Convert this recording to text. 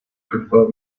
prefer